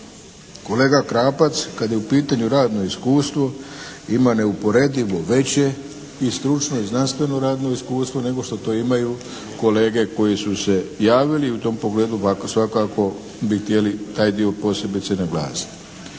Kolega Krapac kad je u pitanju radno iskustvo ima neuporedivo veće i stručno i znanstveno radno iskustvo nego što to imaju kolege koji su se javili i u tom pogledu svakako bi htjeli taj dio posebice naglasiti.